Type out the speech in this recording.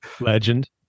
legend